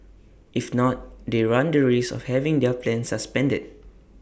if not they run the risk of having their plan suspended